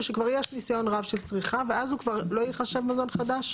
שכבר יש ניסיון רק של צריכה ואז הוא כבר לא ייחשב מזון חדש?